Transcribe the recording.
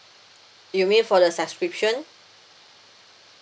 you mean for the subscription